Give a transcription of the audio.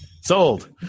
Sold